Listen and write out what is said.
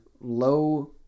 low